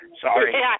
Sorry